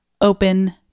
open